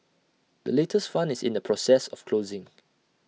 the latest fund is in the process of closing